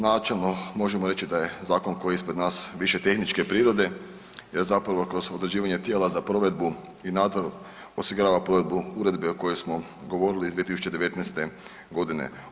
Načelno možemo reći da je zakon koji je ispred nas više tehničke prirode jer zapravo kroz određivanje tijela za provedbu i nadzor osigurava provedbu uredbe o kojoj smo govorili iz 2019. godine.